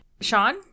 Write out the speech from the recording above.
Sean